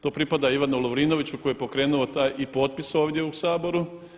To pripada Ivanu Lovrinoviću koji je pokrenuo taj i potpis ovdje u Saboru.